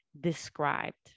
described